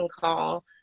call